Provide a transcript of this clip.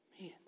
man